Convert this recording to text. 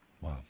Wow